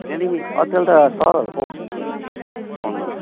त्यहाँदेखि अचेल त सरहरूको हजुर